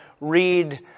read